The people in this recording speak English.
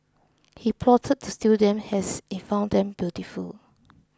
he plotted to steal them as he found them beautiful